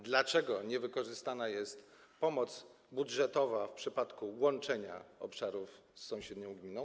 Dlaczego niewykorzystana jest pomoc budżetowa w przypadku łączenia tych obszarów z sąsiednią gminą?